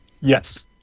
Yes